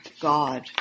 God